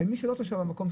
מי שלא תושב המקום,